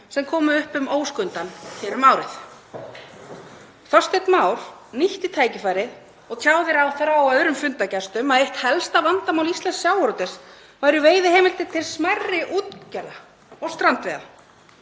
sem komu upp um óskundann hér um árið. Þorsteinn Már nýtti tækifærið og tjáði ráðherra og öðrum fundargestum að eitt helsta vandamál íslensks sjávarútvegs væru veiðiheimildir til smærri útgerða og strandveiða,